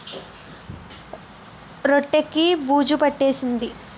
రొట్టె కి బూజు పట్టేసింది